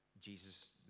Jesus